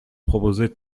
proposer